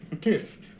Kiss